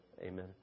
Amen